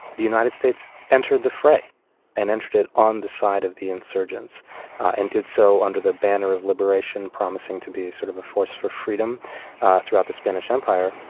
the united states entered the fray and entered it on the side of the insurgents and did so under the banner of liberation, promising to be sort of a force for freedom throughout the spanish empire